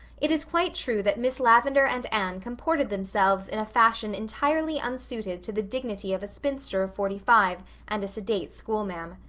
it is quite true that miss lavendar and anne comported themselves in a fashion entirely unsuited to the dignity of a spinster of forty-five and a sedate schoolma'am.